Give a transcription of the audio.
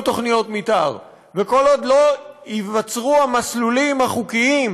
תוכניות מתאר וכל עוד לא ייווצרו המסלולים החוקיים,